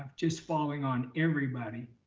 just following on everybody.